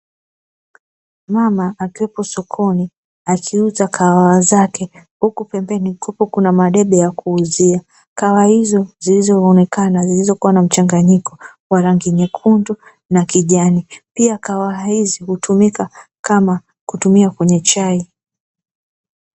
Mama akiwepo sokoni akiuza kawaha zake, huku pembeni kupo kuna madebe ya kuuzia. Kahawa hizo zilizoonekana zilizokuwa na mchanganyiko wa rangi nyekundu na kijani, pia kawaha hizi hutumika kama kutumia kwenye chai.